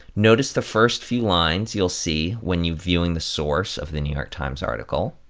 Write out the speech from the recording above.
notice the first few lines you'll see when you're viewing the source of the new york times article.